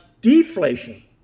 deflation